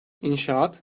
i̇nşaat